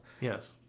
Yes